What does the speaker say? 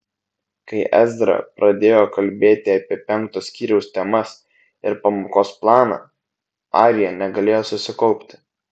kai ezra pradėjo kalbėti apie penkto skyriaus temas ir pamokos planą arija negalėjo susikaupti